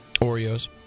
Oreos